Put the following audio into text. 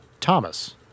Thomas